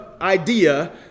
idea